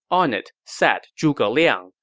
on it sat zhuge liang,